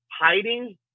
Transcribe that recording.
hiding